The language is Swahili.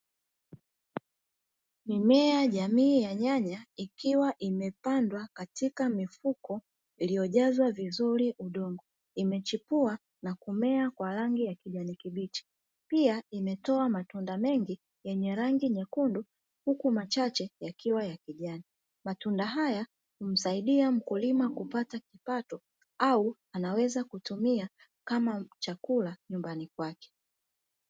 Mimea jamii ya nyanya ikuwa imepandwa katika mifuko iliyojazwa vizuri udongo imechipua na kumea kwa rangi ya kijani kibichi, pia imetoa matunda mengi ya rangi nyekundu huku machache yakiwa ya kijani, matunda haya humsaidia mkulima kupata kipato au anaweza kutumia kama chakula nyumbani kwake.